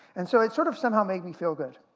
and so it's sort of somehow made me feel good.